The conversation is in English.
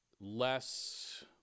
less